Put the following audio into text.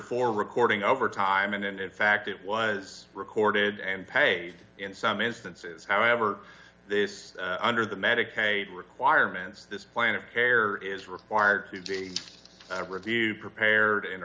for recording over time and in fact it was recorded and paid in some instances however this under the medicaid requirements this plan of care is required to review prepared and